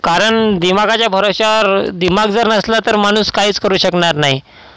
कारण दिमागाच्या भरवशावर दिमाग जर नसला तर माणूस काहीच करू शकणार नाही